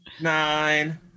Nine